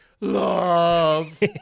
Love